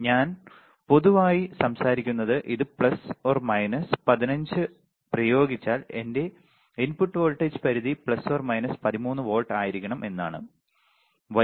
ഞാൻ പൊതുവായി സംസാരിക്കുന്നത് ഇത് പ്ലസ് മൈനസ് 15 പ്രയോഗിച്ചാൽ എന്റെ ഇൻപുട്ട് വോൾട്ടേജ് പരിധി പ്ലസ് മൈനസ് 13 വോൾട്ട് ആയിരിക്കണം എന്നാണു